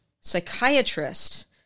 psychiatrist